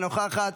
אינה נוכחת,